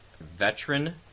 veteran